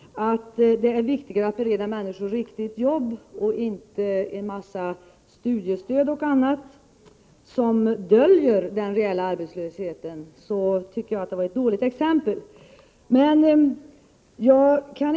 Herr talman! Med hänvisning till vad jag tidigare sade om att det är viktigare att bereda människor arbete än att ge dem en mängd studistöd och annat som döljer den reella arbetslösheten tycker jag att detta var ett dåligt exempel.